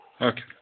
Okay